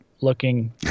looking